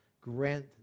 grant